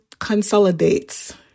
Consolidates